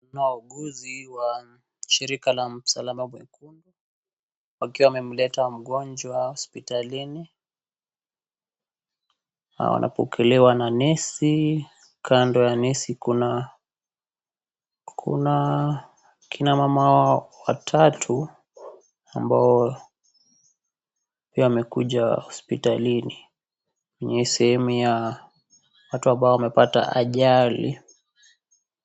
Kuna wauguzi wa shirika la msalaba mwekundu wakiwa wamemleta mgonjwa hospitalini, wanapokelewa na nesi, kando ya nesi kuna kina mama watatu ambao pia wamekuja hospitalini kwenye sehemu ya watu ambao wamepata ajali.